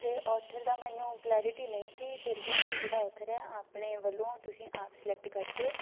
ਅਤੇ ਔਥਰ ਦਾ ਮੈਨੂੰ ਕਲੈਰਟੀ ਨਹੀਂ ਸੀ ਫਿਰ ਵੀ ਤੁਸੀਂ ਜਿਹੜਾ ਔਥਰ ਹੈ ਆਪਣੇ ਵੱਲੋਂ ਤੁਸੀਂ ਆਪ ਸਿਲੈਕਟ ਕਰਕੇ